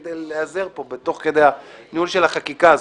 כדי להיעזר פה תוך כדי ניהול של החקיקה הזאת,